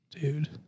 Dude